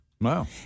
Wow